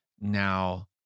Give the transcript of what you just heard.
Now